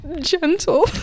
gentle